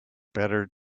better